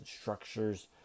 structures